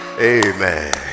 Amen